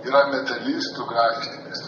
yra metalistų grafitis